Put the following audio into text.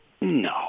No